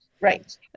right